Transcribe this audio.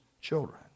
children